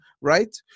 right